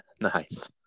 Nice